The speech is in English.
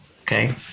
okay